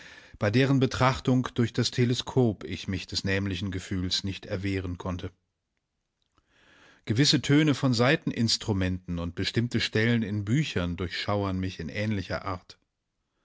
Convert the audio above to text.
bei deren betrachtung durch das teleskop ich mich des nämlichen gefühls nicht erwehren konnte gewisse töne von saiteninstrumenten und bestimmte stellen in büchern durchschauerten mich in ähnlicher art